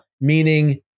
meaning